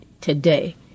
today